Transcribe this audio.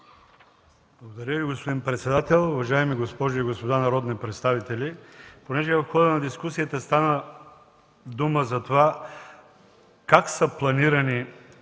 Благодаря Ви, господин председател. Уважаеми госпожи и господа народни представители! Понеже в хода на дискусията стана дума за това как е уточнен